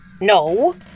No